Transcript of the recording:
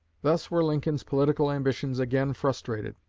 thus were lincoln's political ambitions again frustrated.